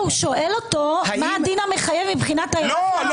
הוא שואל אותו מה הדין המחייב מבחינת ההיררכיה החוקית במדינת ישראל.